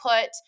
put